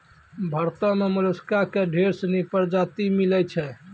भारतो में मोलसका के ढेर सिनी परजाती मिलै छै